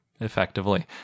effectively